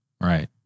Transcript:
Right